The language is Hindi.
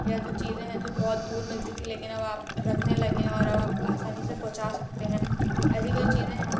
यह जो चीज़े है जो बहुत दूर मिलती थी लेकिन अब आप रखने लगे हैं और अब आप आसानी से पहुंचा सकते हैं ऐसी कोई चीज़े हैं